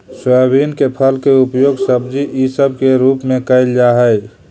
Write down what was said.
soybean के फल के उपयोग सब्जी इसब के रूप में कयल जा हई